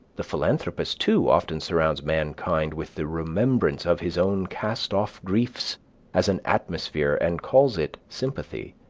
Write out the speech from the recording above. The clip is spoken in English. the philanthropist too often surrounds mankind with the remembrance of his own castoff griefs as an atmosphere, and calls it sympathy.